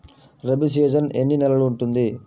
Rabi season ఎన్ని నెలలు ఉంటుంది?